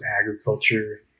agriculture